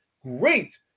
great